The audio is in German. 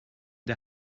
der